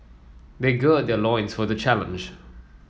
they gird their loins for the challenge